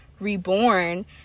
reborn